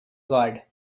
god